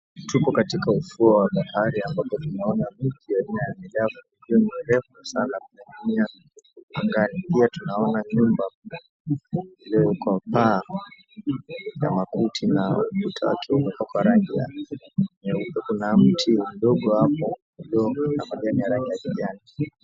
Tuko katika ufuo wa bahari ambapo tunaona miti aina ya midafu iliyo mrefu sana, mbali ya magari. Pia tunaona nyumba iliyowekwa paa makuti na ukuta ukiwa umepakwa rangi ya nyeupe. Kuna mti mdogo hapo mdogo na majani ya rangi ya kijani.